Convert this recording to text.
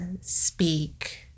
speak